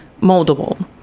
moldable